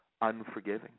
unforgiving